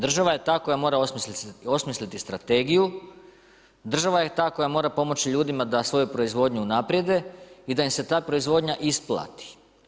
Država je ta koja mora osmisliti strategiju, država je ta koja mora pomoći ljudima da svoju proizvodnju unaprijede i da im se ta proizvodnja isplati.